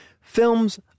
films